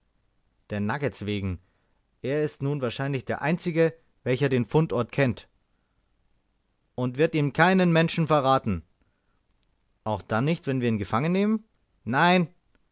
der nuggets wegen er ist nun wahrscheinlich der einzige welcher den fundort kennt und wird ihn keinem menschen verraten auch dann nicht wenn wir ihn gefangen nehmen nein